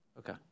Okay